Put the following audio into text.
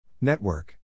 Network